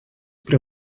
prie